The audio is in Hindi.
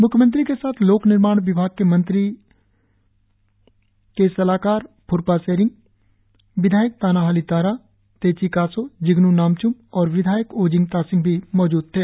म्ख्यमंत्री के साथ लोक निर्माण विभाग मंत्री के सलाहकार फ्रपा सेरिंग विधायक ताना हाली तारा तेची कासो जिगन् नामचूम और विधायक ओजिंग तासिंग भी मौजूद थे